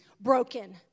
broken